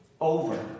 over